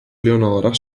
leonora